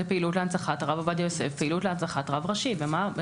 זה פעילות להנצחת הרב עובדיה יוסף,